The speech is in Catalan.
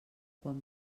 quan